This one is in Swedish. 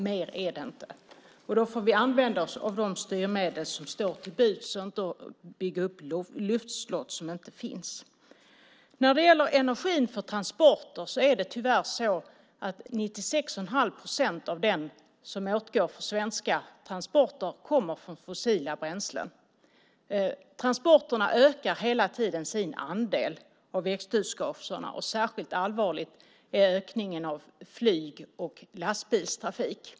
Mer är det inte. Då får vi använda oss av de styrmedel som står till buds och inte bygga upp luftslott som inte finns. När det gäller energin för transporter kommer tyvärr 96,5 procent av den energi som går åt för svenska transporter från fossila bränslen. Transporterna ökar hela tiden sin andel av växthusgaserna, och särskilt allvarlig är ökningen av flyg och lastbilstrafik.